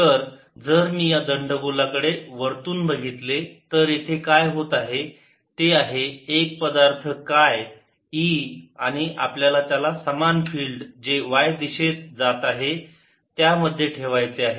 तर जर मी याकडे वरतून बघितले जर मी या दंडगोलाकडे वरतून बघितले तर येथे काय होत आहे ते आहे एक पदार्थ काय e आणि आपल्याला त्याला समान फील्ड जे y दिशेत जात आहे त्या मध्ये ठेवायचे आहे